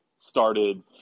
started